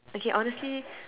okay honestly